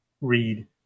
Read